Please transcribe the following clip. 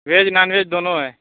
veg non veg دونوں ہے